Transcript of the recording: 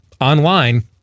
online